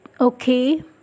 Okay